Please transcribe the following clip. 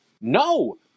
No